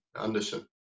Anderson